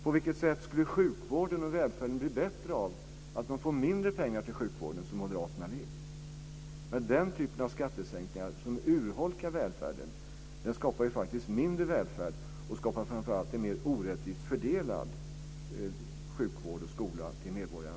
På vilket sätt skulle sjukvården och välfärden bli bättre av att man får mindre pengar till sjukvården, som moderaterna vill? Den typen av skattesänkningar, som urholkar välfärden, skapar faktiskt mindre välfärd och framför allt en mer orättvist fördelad sjukvård och skola till medborgarna.